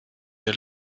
der